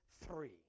three